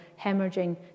hemorrhaging